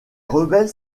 rebelles